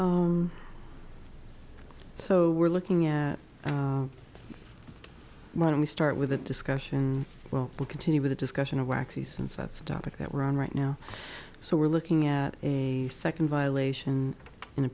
you so we're looking at why don't we start with a discussion well we'll continue with a discussion of waxy since that's the topic that we're on right now so we're looking at a second violation in a